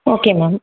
okay ma'am